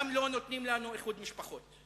גם לא נותנים לנו איחוד משפחות,